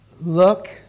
Look